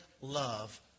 love